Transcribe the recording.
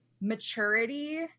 maturity